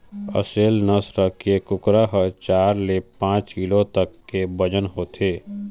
असेल नसल के कुकरा ह चार ले पाँच किलो तक के बजन होथे